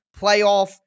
playoff